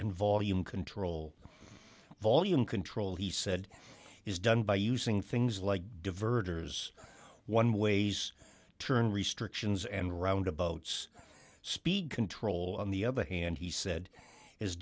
and volume control volume control he said is done by using things like diverters one ways turn restrictions and roundabouts speed control on the other hand he said is